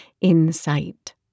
InSight